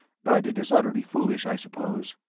but it is utterly foolish, i suppose.